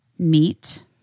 Meet